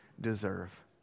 deserve